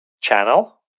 channel